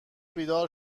بیدار